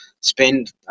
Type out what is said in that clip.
spend